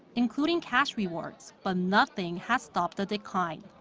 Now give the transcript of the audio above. including cash rewards, but nothing has stopped the decline.